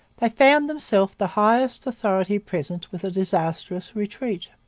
they found themselves the highest authority present with a disastrous retreat.